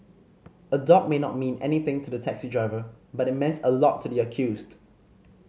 a dog may not mean anything to the taxi driver but it meant a lot to the accused